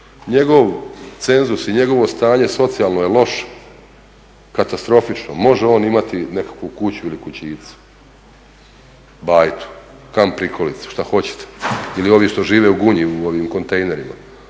Njegov cenzus i njegovo stanje socijalno je loše, katastrofično. Može on imati nekakvu kuću ili kućicu, kamp prikolicu, što hoćete ili ovi što žive u Gunji u ovim kontejnerima,